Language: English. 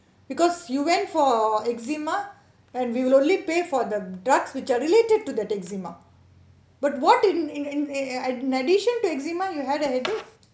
because you went for eczema and we will only pay for the drugs which are related to the eczema but what if in in in addition to eczema you had a headache